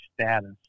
status